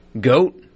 Goat